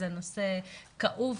זה נושא כאוב,